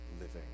living